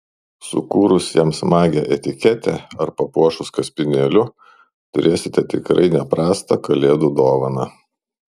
sukūrus jam smagią etiketę ar papuošus kaspinėliu turėsite tikrai ne prastą kalėdų dovaną